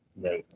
No